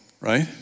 Right